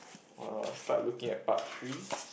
oh start looking at part three